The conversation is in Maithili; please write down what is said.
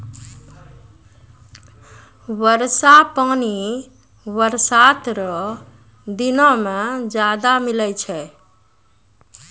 वर्षा पानी बरसात रो दिनो मे ज्यादा मिलै छै